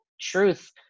truth